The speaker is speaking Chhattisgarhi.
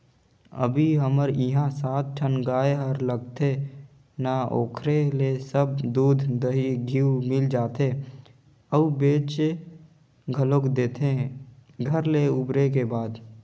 अभी हमर इहां सात ठन गाय हर लगथे ना ओखरे ले सब दूद, दही, घींव मिल जाथे अउ बेंच घलोक देथे घर ले उबरे के बाद